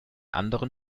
anderen